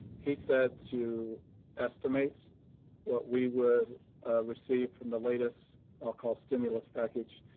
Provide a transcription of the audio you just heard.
he said to estimate what we would receive from the latest i'll call stimulus package.